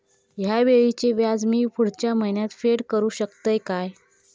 हया वेळीचे व्याज मी पुढच्या महिन्यात फेड करू शकतय काय?